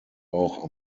auch